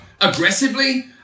aggressively